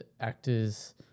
actor's